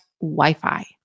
Wi-Fi